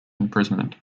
imprisonment